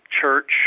church